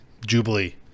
jubilee